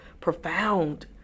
profound